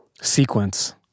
sequence